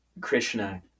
Krishna